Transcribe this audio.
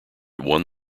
won